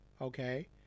okay